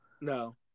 no